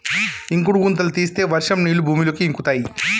ఇంకుడు గుంతలు తీస్తే వర్షం నీళ్లు భూమిలోకి ఇంకుతయ్